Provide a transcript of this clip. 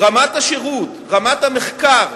רמת השירות, רמת המחקר,